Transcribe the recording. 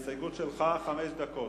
להסתייגות שלך, חמש דקות.